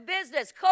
business